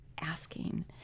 asking